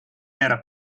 era